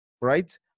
right